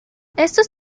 estos